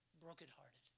Brokenhearted